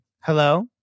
Hello